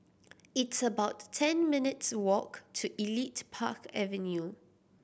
it's about ten minutes' walk to Elite Park Avenue